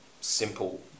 simple